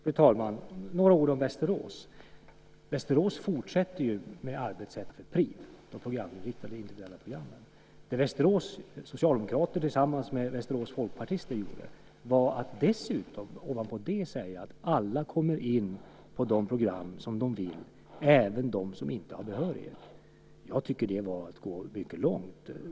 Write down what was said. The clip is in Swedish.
Fru talman! Låt mig säga några ord om Västerås. Västerås fortsätter med det arbetssätt som vi kallar för PRIV, de programinriktade individuella programmen. Det Västerårs socialdemokrater tillsammans med Västerås folkpartister gjorde var att dessutom, ovanpå det, säga att alla kommer in på de program de vill, även de som inte har behörighet. Jag tycker att det var att gå mycket långt.